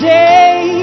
day